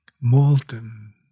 molten